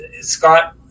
Scott